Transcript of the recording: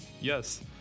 yes